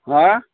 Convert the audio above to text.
हा